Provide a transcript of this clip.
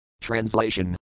Translation